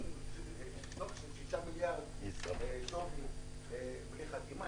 דוח של 6 מיליארד בלי חתימה,